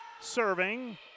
serving